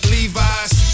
Levi's